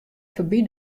foarby